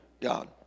God